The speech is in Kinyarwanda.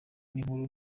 n’inkuru